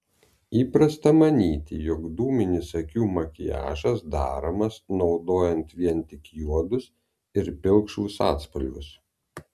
įprasta manyti jog dūminis akių makiažas daromas naudojant vien tik juodus ir pilkšvus atspalvius